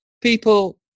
People